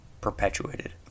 perpetuated